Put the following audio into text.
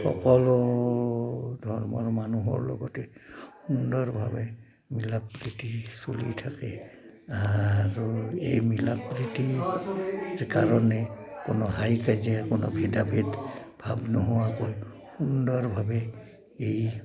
সকলো ধৰ্মৰ মানুহৰ লগতে সুন্দৰভাৱে মিলা প্ৰ্ৰীতি চলি থাকে আৰু এই মিলা প্ৰ্ৰীতি কাৰণে কোনো হাই কাজিয়া কোনো ভেদাভেদ ভাৱ নোহোৱাকৈ সুন্দৰভাৱে এই